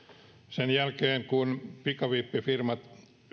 sen jälkeen kun pikavippifirmat